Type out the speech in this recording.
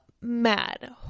mad